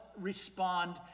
respond